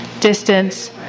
distance